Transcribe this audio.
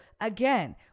again